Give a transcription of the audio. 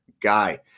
guy